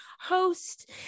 host